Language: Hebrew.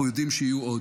אנחנו יודעים שיהיו עוד.